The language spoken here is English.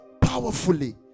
powerfully